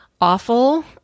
awful